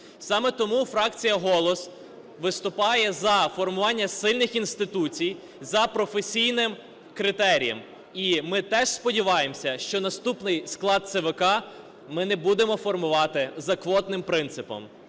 Саме тому фракція "Голос" виступає за формування сильних інституцій за професійним критерієм. І ми теж сподіваємося, що наступний склад ЦВК ми не будемо формувати за квотним принципом.